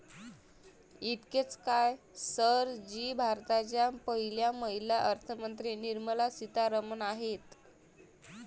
इतकेच काय, सर जी भारताच्या पहिल्या महिला अर्थमंत्री निर्मला सीतारामन आहेत